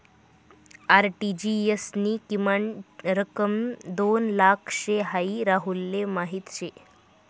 RTGS नी किमान रक्कम दोन लाख शे हाई राहुलले माहीत शे